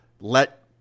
let